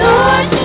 Lord